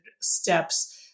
steps